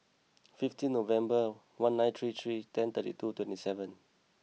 fifteen November one nine three three ten thirty two twenty seven